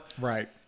Right